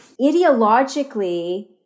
ideologically